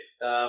Yes